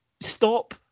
stop